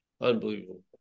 Unbelievable